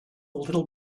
little